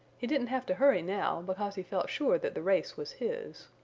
he didn't have to hurry now, because he felt sure that the race was his.